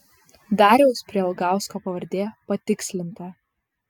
dariaus prialgausko pavardė patikslinta